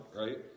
right